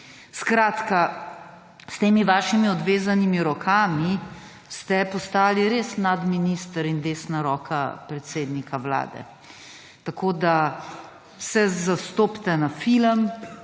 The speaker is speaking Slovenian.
S temi vašimi odvezanimi rokami, ste postali res nadminister in desna roka predsednika vlade. Tako da se zastopite na film,